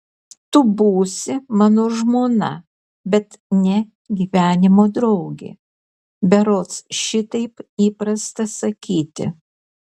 tu būsi mano žmona bet ne gyvenimo draugė berods šitaip įprasta sakyti